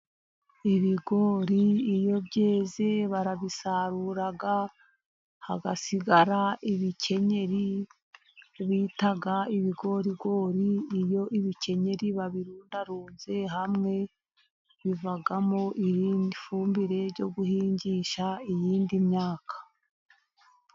Ibigori iyo byeze barabisarura, hagasigara ibikenyeri bita ibigorigori, iyo ibikenyeri babirundarunze hamwe, bivamo iyindi fumbire yo guhingisha indi myaka.